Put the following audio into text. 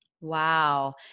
Wow